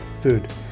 food